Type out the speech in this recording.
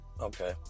Okay